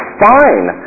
fine